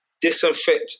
Disinfect